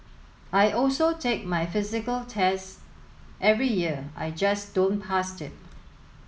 I also take my physical test every year I just don't pass it